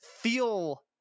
feel